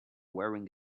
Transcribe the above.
wearing